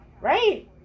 right